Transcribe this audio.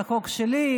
זה חוק שלי,